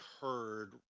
heard